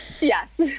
Yes